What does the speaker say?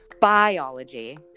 biology